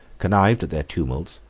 connived at their tumults,